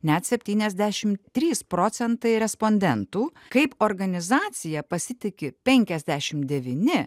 net septyniasdešim trys procentai respondentų kaip organizacija pasitiki penkiasdešim devyni